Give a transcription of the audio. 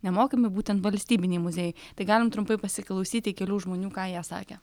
nemokami būtent valstybiniai muziejai tai galim trumpai pasiklausyti kelių žmonių ką jie sakė